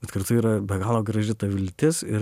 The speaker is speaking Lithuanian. bet kartu yra be galo graži ta viltis ir